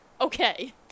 Okay